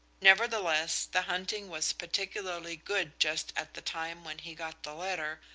nevertheless, the hunting was particularly good just at the time when he got the letter,